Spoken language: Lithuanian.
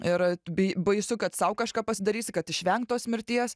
ir bei baisu kad sau kažką pasidarysi kad išvengt tos mirties